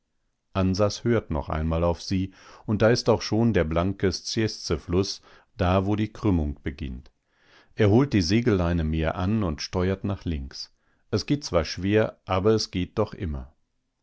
ansas hört noch einmal auf sie und da ist auch schon der blanke szieszefluß da wo die krümmung beginnt er holt die segelleine mehr an und steuert nach links es geht zwar schwer aber es geht doch immer